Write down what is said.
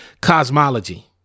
cosmology